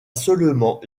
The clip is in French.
seulement